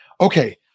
okay